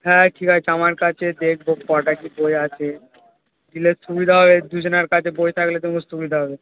হ্যাঁ ঠিক আছে আমার কাছে দেখব কটা কী বই আছে দিলে সুবিধা হবে দুজনের কাছে বই থাকলে তোমারও সুবিধা হবে